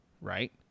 right